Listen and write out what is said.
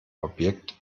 objekt